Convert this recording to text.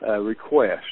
request